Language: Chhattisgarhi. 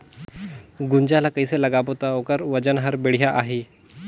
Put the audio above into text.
गुनजा ला कइसे लगाबो ता ओकर वजन हर बेडिया आही?